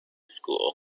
school